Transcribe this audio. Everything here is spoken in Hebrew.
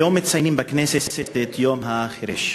היום מציינים בכנסת את יום החירש,